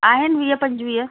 आहिनि वीह पंजवीह